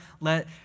Let